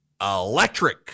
electric